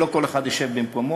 שלא כל אחד ישב במקומו.